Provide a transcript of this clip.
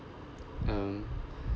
um